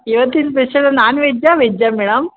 ಇವತ್ತಿನ special non ವೆಜ್ಜಾ ವೆಜ್ಜಾ ಮೇಡಮ್